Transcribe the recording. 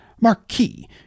Marquis